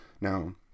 Now